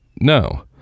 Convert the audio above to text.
No